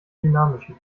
dynamischen